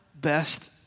best